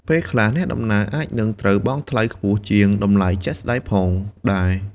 ពេលខ្លះអ្នកដំណើរអាចនឹងត្រូវបង់ថ្លៃខ្ពស់ជាងតម្លៃជាក់ស្តែងផងដែរ។